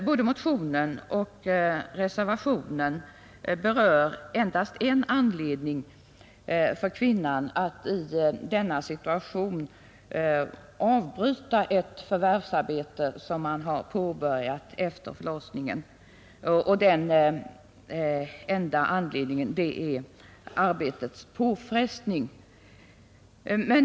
Både motionen och reservationen berör endast en anledning för kvinnan att i denna situation avbryta ett förvärvsarbete som hon påbörjat efter förlossningen — och den enda anledningen är arbetets påfrestning.